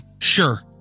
sure